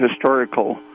historical